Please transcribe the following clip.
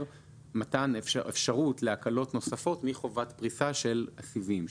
מתן אפשרות להקלות נוספות מחובת פריסה של הסיבים,